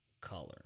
color